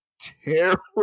terrible